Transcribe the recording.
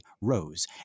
rose